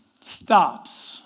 stops